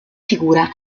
figura